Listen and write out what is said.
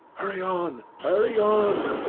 hurry on! hurry on!